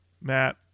Matt